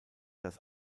das